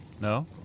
No